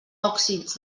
òxids